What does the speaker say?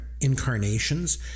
incarnations